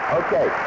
okay